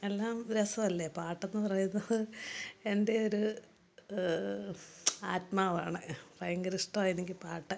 എല്ലാം രസമല്ലെ പാട്ടെന്നു പറയുന്നത് എൻ്റെ ഒരു ആത്മാവാണ് ഭയ്ങ്കര ഇഷ്ടമാണ് എനിക്ക് പാട്ട്